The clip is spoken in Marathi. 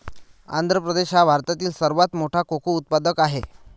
आंध्र प्रदेश हा भारतातील सर्वात मोठा कोको उत्पादक आहे